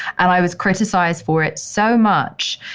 and i was criticized for it so much.